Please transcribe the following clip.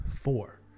Four